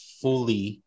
fully